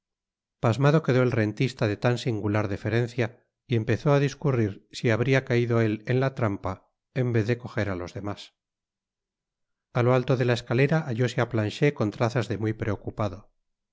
pasmado quedó el rentista de tan singular indiferencia y empezó á discurrir si habria caido él en la trampa en vez de cojer á los demás a lo alto de la escalera hallóse á planchet con trazas de muy preocupado